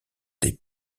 est